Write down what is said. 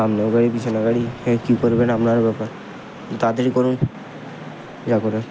সামনেও গাড়ি পিছনে গাড়ি হ্যাঁ কী করবেন আপনার ব্যাপার তাড়াতাড়ি করুন যা করার